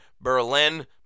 Berlin